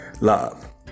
love